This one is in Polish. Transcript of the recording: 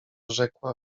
rzekła